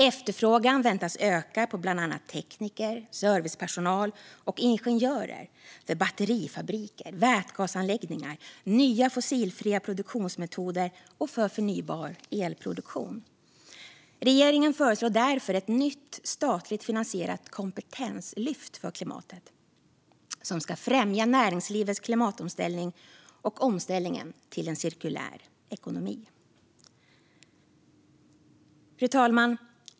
Efterfrågan väntas öka på bland annat tekniker, servicepersonal och ingenjörer för batterifabriker, vätgasanläggningar, nya fossilfria produktionsmetoder och förnybar elproduktion. Regeringen föreslår därför ett nytt statligt finansierat kompetenslyft för klimatet som ska främja näringslivets klimatomställning och omställningen till en cirkulär ekonomi. Fru talman!